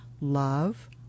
Love